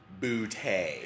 bootay